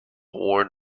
worn